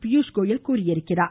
பியூஷ் கோயல் தெரிவித்துள்ளார்